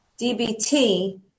DBT